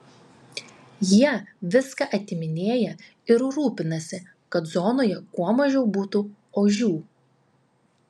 jie viską atiminėja ir rūpinasi kad zonoje kuo mažiau būtų ožių